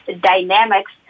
dynamics